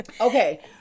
Okay